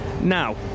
Now